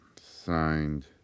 signed